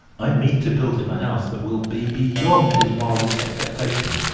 i mean to build him a house that will be beyond his wildest expectations,